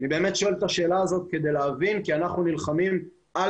אני באמת שואל את השאלה הזאת כדי להבין כי אנחנו נלחמים על